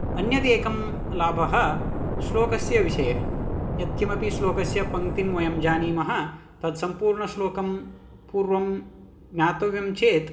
अन्यदेकं लाभः श्लोकस्य विषये यद्किमपि श्लोकस्य पङक्तिम् वयं जानीमः तद् सम्पूर्णश्लोकं पूर्वं ज्ञातव्यं चेत्